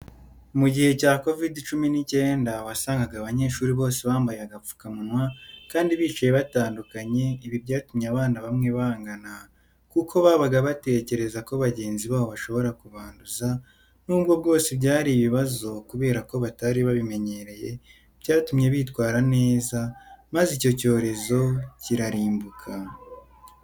Mu gihe cya Covide cumi n'icyenda wasangaga abanyeshuri bose bambaye agapfukamunwa kandi bicaye batandukanye, ibi byatumye abana bamwe bangana kuko babaga batekereza ko bagenzi babo bashobora kubanduza nubwo bwose byari ibibazo kubera ko batari babimenyereye byatumye bitwara neza maze icyo cyorezo kirarimbuka.